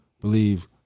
believe